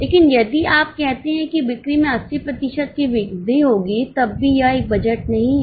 लेकिन यदि आप कहते हैं कि बिक्री में 80 प्रतिशत की वृद्धि होगी तब भी यह एक बजट नहीं है